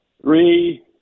Three